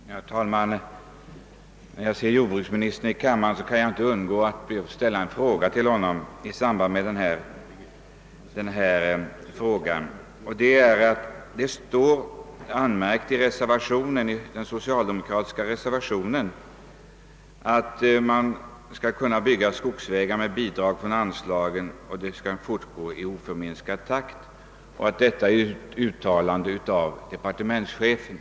Herr talman! Eftersom jag ser att jordbruksministern är inne i kammaren, kan jag inte underlåta att ställa en fråga till honom. Det står angivet i den socialdemokratiska reservationen, att skogsvägar skall kunna byggas i oförminskad takt med oförändrat bidrag, detta enligt ett uttalande av departementschefen.